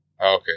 Okay